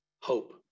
hope